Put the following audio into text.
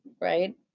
right